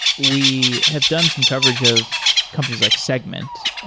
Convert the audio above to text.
we have done some coverage of companies like segment.